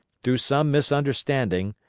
through some misunderstanding,